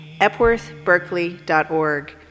epworthberkeley.org